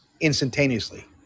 instantaneously